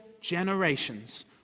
generations